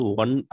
one